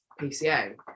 PCA